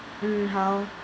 mm 好